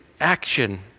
action